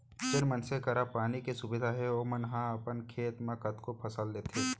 जेन मनसे करा पानी के सुबिधा हे ओमन ह अपन खेत म कतको फसल लेथें